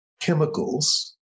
chemicals